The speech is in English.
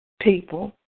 people